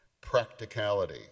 practicality